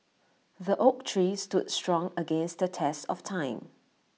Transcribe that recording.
the oak tree stood strong against the test of time